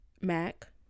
mac